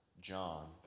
John